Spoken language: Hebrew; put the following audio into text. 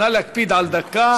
נא להקפיד על דקה.